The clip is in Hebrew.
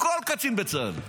כל קצין בצה"ל.